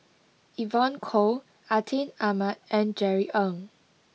Evon Kow Atin Amat and Jerry Ng